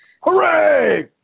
Hooray